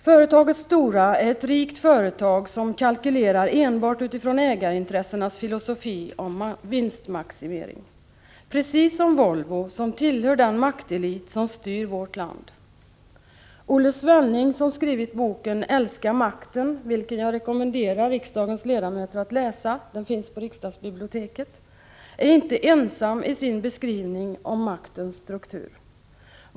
Företaget Stora är ett rikt företag som kalkylerar enbart utifrån ägarintressenas filosofi om vinstmaximering — precis som Volvo, som tillhör den maktelit som styr vårt land. Olle Svenning, som skrivit boken Älska makten, vilken jag rekommenderar riksdagens ledamöter att läsa — den finns på riksdagsbiblioteket — är inte ensam i sin beskrivning av maktens struktur.